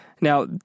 Now